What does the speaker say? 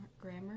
Grammar